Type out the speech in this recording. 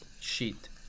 sheet